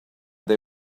they